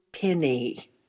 Penny